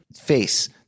face